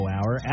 Hour